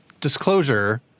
disclosure